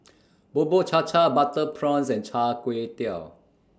Bubur Cha Cha Butter Prawns and Char Kway Teow